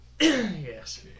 Yes